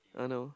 I know